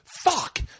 fuck